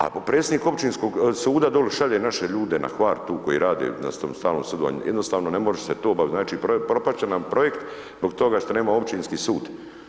Ako predsjednik općinskog suda dolje šalje naše ljude na Hvar tu koji radi na stalnom sudovanju, jednostavno ne može se to obaviti, znači, propast će nam projekt zbog toga što nema općinski sud.